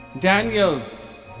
Daniels